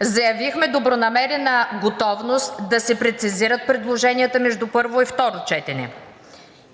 Заявихме добронамерена готовност да се прецизират предложенията между първо и второ четене.